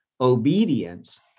obedience